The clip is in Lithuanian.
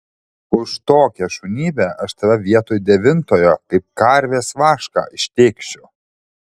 už tokią šunybę aš tave vietoj devintojo kaip karvės vašką ištėkšiu